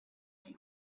nei